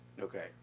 Okay